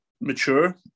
mature